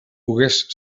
pogués